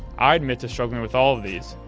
i admit to struggling with all of these,